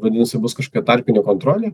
vaidinasi bus kažkokia tarpinė kontrolė